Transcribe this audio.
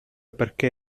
perché